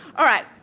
all right,